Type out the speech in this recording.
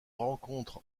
rencontre